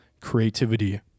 creativity